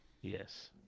Yes